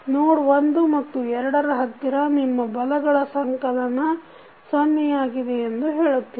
ನೋಡ್ 1 ಮತ್ತು 2 ರ ಹತ್ತಿರ ನಿಮ್ಮ ಬಲಗಳ ಸಂಕಲನ ಸೊನ್ನೆಯಾಗಿದೆ ಎಂದು ಹೇಳುತ್ತೇವೆ